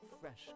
fresh